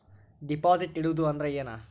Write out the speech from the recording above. Deposit ಇಡುವುದು ಅಂದ್ರ ಏನ?